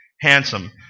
handsome